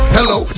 Hello